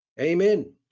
Amen